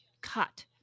cut